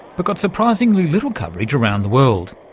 but got surprisingly little coverage around the world.